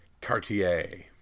Cartier